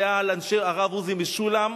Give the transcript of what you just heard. שהיה על אנשי הרב עוזי משולם,